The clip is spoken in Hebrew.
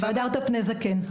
"והדרת פני זקן"